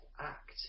act